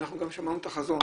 ואנחנו גם שמענו את החזון,